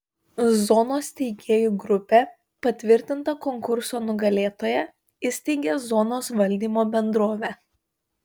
zonos steigėjų grupė patvirtinta konkurso nugalėtoja įsteigia zonos valdymo bendrovę